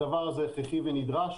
הדבר הזה הכרחי ונדרש.